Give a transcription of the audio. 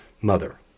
mother